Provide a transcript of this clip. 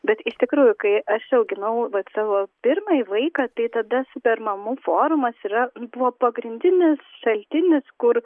bet iš tikrųjų kai aš auginau vat savo pirmąjį vaiką tai tada super mamų forumas yra buvo pagrindinis šaltinis kur